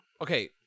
Okay